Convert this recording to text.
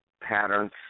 patterns